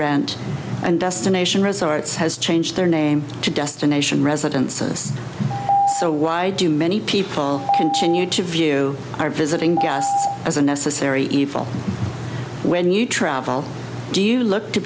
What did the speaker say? rent and destination resorts has changed their name to destination residents so why do many people continue to view our visiting gas as a necessary evil when you travel do you look to